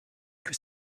que